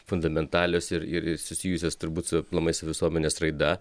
fundamentalios ir ir susijusios turbūt su aplamai su visuomenės raida